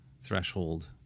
threshold